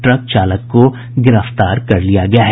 truck चालक को गिरफ्तार कर लिया गया है